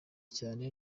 cyane